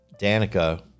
Danica